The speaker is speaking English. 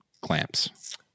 clamps